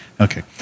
Okay